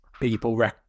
people